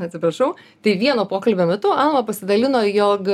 atsiprašau tai vieno pokalbio metu alma pasidalino jog